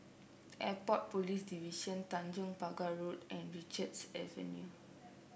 Airport Police Division Tanjong Pagar Road and Richards Avenue